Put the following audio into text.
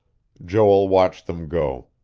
joel watched them go.